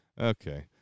Okay